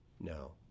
no